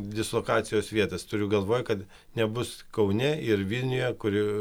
dislokacijos vietas turiu galvoj kad nebus kaune ir vilniuje kuriu